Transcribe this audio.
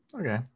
okay